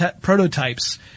prototypes